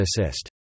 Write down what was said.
assist